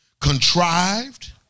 contrived